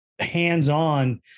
hands-on